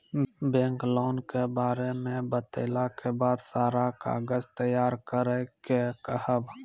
Bank loan के बारे मे बतेला के बाद सारा कागज तैयार करे के कहब?